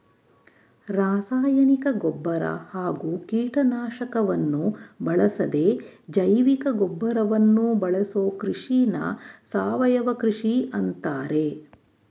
ರಾಸಾಯನಿಕ ಗೊಬ್ಬರ ಹಾಗೂ ಕೀಟನಾಶಕವನ್ನು ಬಳಸದೇ ಜೈವಿಕಗೊಬ್ಬರವನ್ನು ಬಳಸೋ ಕೃಷಿನ ಸಾವಯವ ಕೃಷಿ ಅಂತಾರೆ